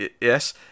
yes